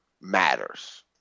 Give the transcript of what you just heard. matters